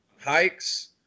hikes